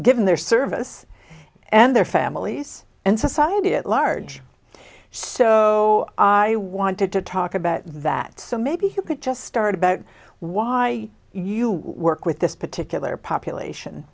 given their service and their families and society at large so i wanted to talk about that so maybe you could just start about why you work with this particular population